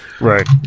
Right